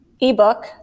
ebook